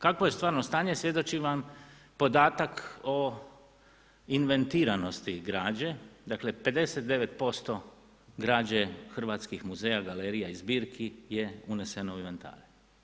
Kakvo je stvarno stanje svjedoči vam podataka o inventiranosti građe, dakle 59% građe hrvatskih muzeja, galerija i zbirki je uneseno u inventare.